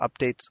updates